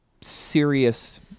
serious